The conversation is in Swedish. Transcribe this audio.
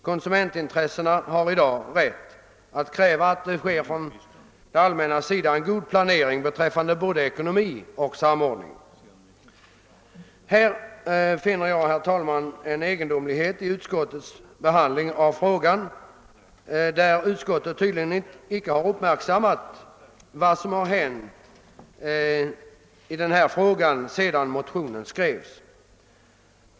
Konsumenterna har i dag rätt att kräva att det från det allmännas sida sker en god planering beträffande både ekonomi och samordning. På denna punkt finner jag en egendomlighet i utskottets behandling av frågan. Utskottet har tydligen inte uppmärksammat vad som hänt i denna fråga sedan motionen skrevs.